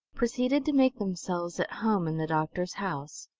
proceeded to make themselves at home in the doctor's house.